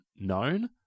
known